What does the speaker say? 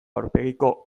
aurpegiko